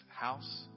house